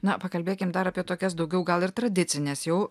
na pakalbėkim dar apie tokias daugiau gal ir tradicines jau